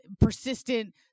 persistent